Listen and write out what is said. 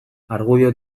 argudio